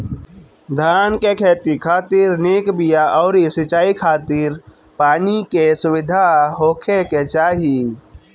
धान के खेती खातिर निक बिया अउरी सिंचाई खातिर पानी के सुविधा होखे के चाही